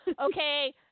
Okay